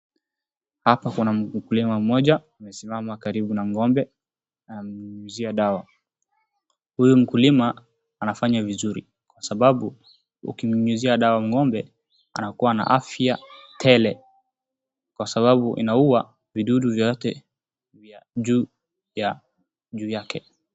Hapa kuna mkulima mmoja amesimama karibu na ngombe ananyunyuzia dawa. Huyu mkulima anafanya vizuri sababu ukinyunyuzia dawa ngombe anakuwa na afya tele kwa sababu inauwa vidudu vyote vya juu yake.